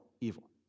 evil